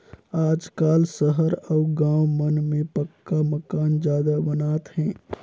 आजकाल सहर अउ गाँव मन में पक्का मकान जादा बनात हे